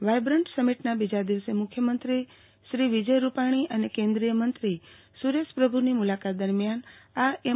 vibrant સમિટના બીજા દિવસે મુખ્યમંત્રીશ્રી વિજય રૂપાણી અને કેન્દ્રીય મંત્રી સુરેશ પ્રભુની મુલાકાત દરમ્યાન આ એમ